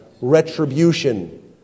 retribution